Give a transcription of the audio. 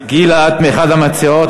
גילה, את אחת מהמציעות.